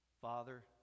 Father